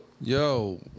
Yo